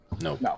No